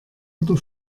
oder